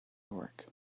york